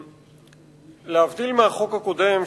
להבדיל מהחוק הקודם,